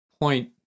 point